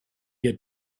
get